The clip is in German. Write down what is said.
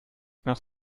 nach